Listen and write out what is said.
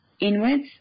inwards